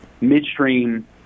midstream